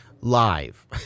live